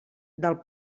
del